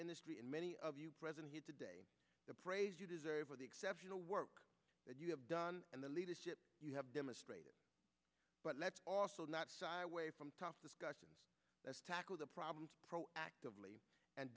development many of you present here today the praise you deserve for the exceptional work that you have done and the leadership you have demonstrated but let's also not shy away from tough discussion as to tackle the problem actively and